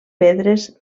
pedres